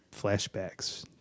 flashbacks